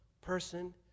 person